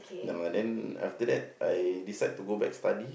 ya then after that I decide to go back study